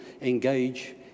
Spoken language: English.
engage